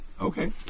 Okay